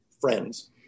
friends